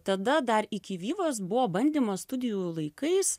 tada dar iki vyvos buvo bandymas studijų laikais